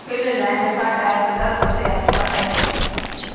Finland का tax दर सबसे अधिक है